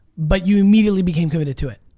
but you immediately became committed to it?